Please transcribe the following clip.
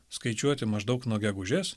skaičiuoti maždaug nuo gegužės